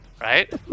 right